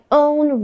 own